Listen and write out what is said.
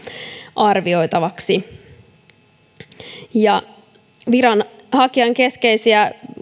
arvioitavaksi viranhakijan keskeisiä